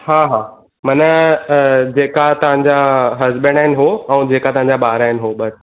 हा हा मन जेका तव्हांजा हसबैंड आहिनि हो या तव्हांजा ॿारा आहिनि हो बस